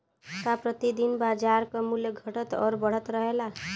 का प्रति दिन बाजार क मूल्य घटत और बढ़त रहेला?